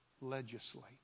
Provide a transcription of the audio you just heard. legislate